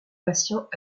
patients